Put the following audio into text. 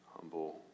humble